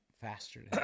faster